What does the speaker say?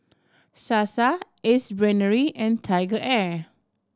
Sasa Ace Brainery and TigerAir